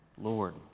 Lord